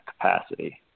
capacity